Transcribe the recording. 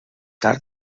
tard